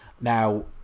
Now